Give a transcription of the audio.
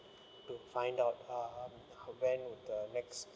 to find out um when would the next